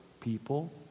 people